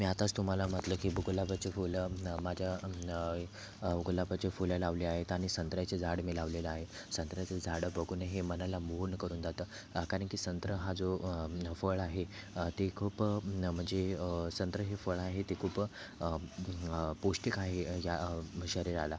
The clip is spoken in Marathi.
मी आताच तुम्हाला म्हटलं की गुलाबाचं फुलं माझ्या अंग गुलाबाचे फुलं लावली आहेत आणि संत्र्याचे झाड मी लावलेलं आहे संत्र्याचं झाड बघूनही मनाला मोहन करून जातं कारण की संतरा हा जो फळ आहे ती खूप म्हणजे संत्र हे फळ आहे ते खूप पौष्टिक आहे ह्या शरीराला